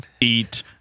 eat